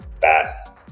fast